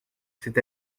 c’est